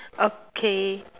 okay